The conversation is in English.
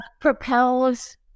propels